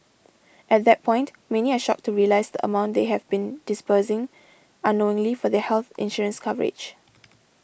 at that point many are shocked to realise the amount they have been disbursing unknowingly for their health insurance coverage